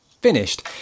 finished